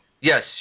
Yes